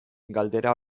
galdera